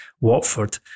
Watford